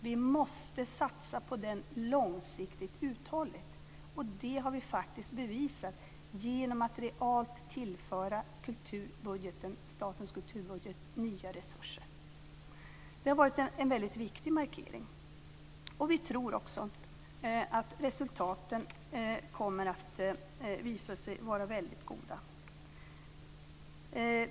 Vi måste satsa på den långsiktigt uthålligt, och det har vi faktiskt bevisat att vi gjort genom att realt tillföra statens kulturbudget nya resurser. Detta har varit en väldigt viktig markering, och vi tror också att resultaten kommer att visa sig vara väldigt goda.